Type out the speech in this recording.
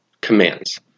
commands